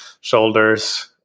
shoulders